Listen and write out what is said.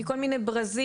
מכל מיני ברזים.